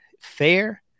fair